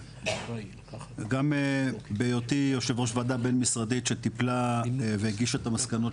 גם בהיותי יושב ראש ועדה בין-משרדית שטיפלה והגישה את המסקנות